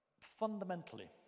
Fundamentally